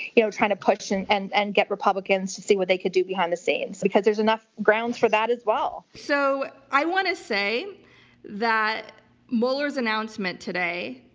you know trying to push in and and get republicans to see what they could do behind the scenes, because there's enough grounds for that as well. so i want to say that mueller's announcement today,